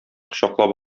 кочаклап